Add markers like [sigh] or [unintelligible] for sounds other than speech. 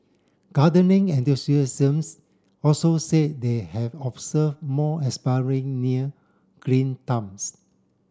gardening [unintelligible] also say they have observe more aspiring near green thumbs